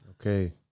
okay